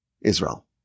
Israel